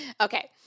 Okay